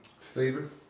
Stephen